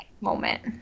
moment